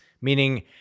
meaning